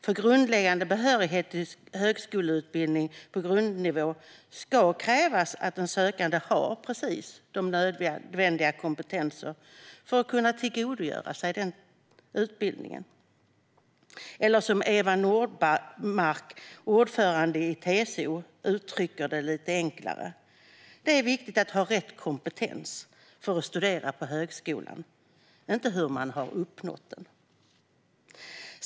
För grundläggande behörighet till högskoleutbildning på grundnivå ska krävas att den sökande har nödvändiga kompetenser för att kunna tillgodogöra sig en sådan utbildning. Eva Nordmark, ordförande i TCO, uttrycker detta på ett lite enklare sätt: "Det viktiga är att ha rätt kompetens för att studera på högskolan, inte hur man har uppnått den."